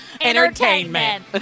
entertainment